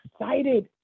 excited